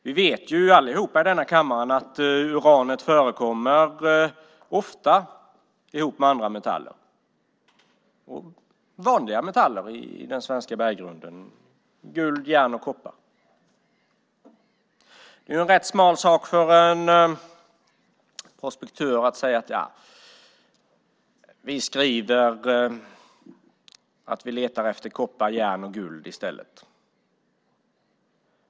Vi vet alla att uran ofta förekommer ihop med andra metaller, vanliga metaller i den svenska berggrunden som guld, järn och koppar. Det är en smal sak för en prospektör att säga: Vi skriver att vi letar efter koppar, järn och guld i stället.